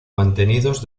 mantenidos